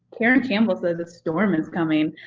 karen campbell says a storm is coming.